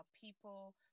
people